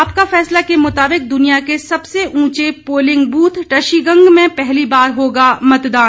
आपका फैसला के मुताबिक दुनिया के सबसे ऊंचे पोलिंग बूथ टशीगंग में पहली बार होगा मतदान